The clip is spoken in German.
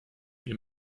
wir